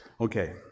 Okay